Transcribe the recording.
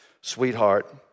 sweetheart